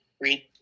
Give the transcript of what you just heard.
read